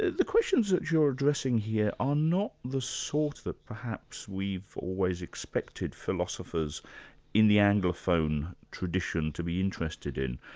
the the questions that you're addressing here are not the sort that perhaps we've always expected philosophers in the anglophone tradition to be interested in.